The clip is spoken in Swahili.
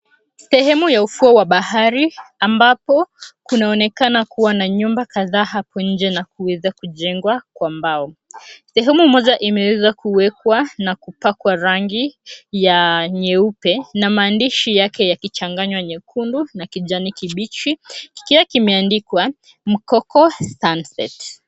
Sehemu ya ufuo wa bahari ambapo kunaonekana kuwa na nyumba kadhaa hapo nje na kuweza kujengwa kwa mbao. Sehemu moja imewezwa kuwekwa na kupakwa rangi ya nyeupe na maandishi yake yakichanganywa nyekundu na kijani kibichi, kikiwa kimeandikwa MKOKO SUNSET.